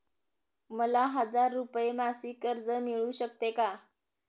मला हजार रुपये मासिक कर्ज मिळू शकते का?